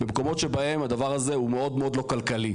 במקומות שהדבר הזה הוא מאוד לא כלכלי.